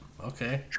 Okay